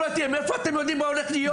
מאיפה אתם יודעים מה עתיד להיות?